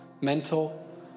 mental